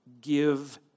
give